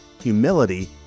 humility